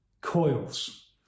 Coils